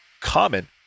common